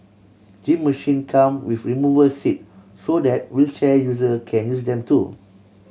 gym machine come with removal seat so that wheelchair user can use them too